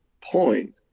point